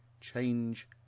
change